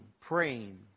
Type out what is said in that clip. praying